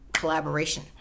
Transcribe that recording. collaboration